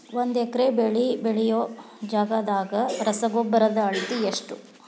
ಒಂದ್ ಎಕರೆ ಬೆಳೆ ಬೆಳಿಯೋ ಜಗದಾಗ ರಸಗೊಬ್ಬರದ ಅಳತಿ ಎಷ್ಟು?